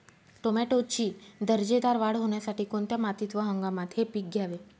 टोमॅटोची दर्जेदार वाढ होण्यासाठी कोणत्या मातीत व हंगामात हे पीक घ्यावे?